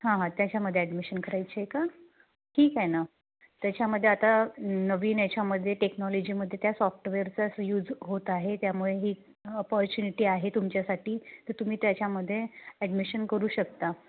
हां हां त्याच्यामध्ये ॲडमिशन करायची आहे का ठीक आहे ना त्याच्यामध्ये आता नवीन याच्यामध्ये टेक्नॉलॉजीमध्ये त्या सॉफ्टवेअरचाच यूज होत आहे त्यामुळे ही अपॉर्च्युनिटी आहे तुमच्यासाठी तर तुम्ही त्याच्यामध्ये ॲडमिशन करू शकता